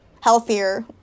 healthier